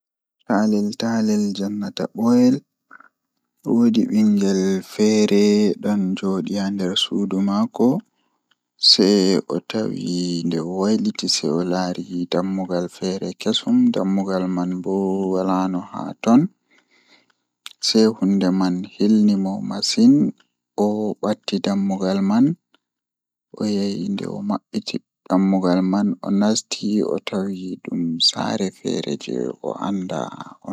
Taalel taalel jannata booyel, Woodi bingel feere don joodi haa nder suudu maako sei o laari nde o wailiti seo o laari dammugal feere kesum, Dammugal man bo waala no dum haa ton, Sei hunde man hilni mo masin o batti dammugal man nde o mabbiti sei o tawi dammugal man dum saare feere jei o andaa on.